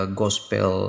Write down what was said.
gospel